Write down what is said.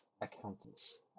accountants